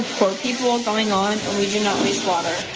for people going on, we do not wastewater.